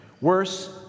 Worse